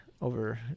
over